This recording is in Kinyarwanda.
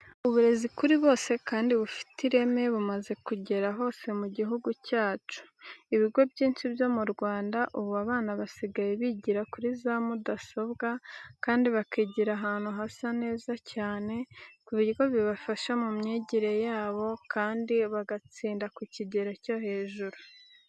Uburezi kuri bose kandi bufite ireme bumaze kugera hose mu gihugu cyacu. Ibigo byinshi byo mu Rwanda ubu abana basigaye bigira kuri za mudasobwa kandi bakigira ahantu hasa neza cyane ku buryo bibafasha mu myigire yabo, kandi bagatsinda ku kigero cyo hejuru.